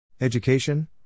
Education